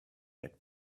had